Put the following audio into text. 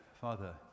father